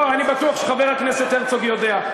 לא, אני בטוח שחבר הכנסת הרצוג יודע.